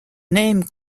name